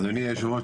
אדוני היושב-ראש,